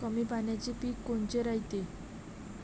कमी पाण्याचे पीक कोनचे रायते?